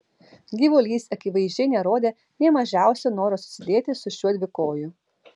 gyvulys akivaizdžiai nerodė nė mažiausio noro susidėti su šiuo dvikoju